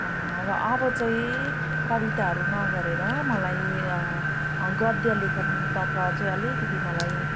र अब चाहिँ कविताहरू नगरेर मलाई गद्य लेखनतर्फ चाहिँ अलिकति मलाई